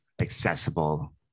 accessible